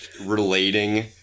relating